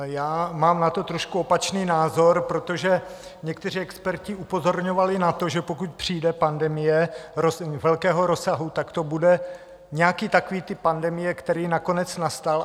Já mám na to trošku opačný názor, protože někteří experti upozorňovali na to, že pokud přijde pandemie velkého rozsahu, tak to bude nějaký takový typ pandemie, který nakonec nastal.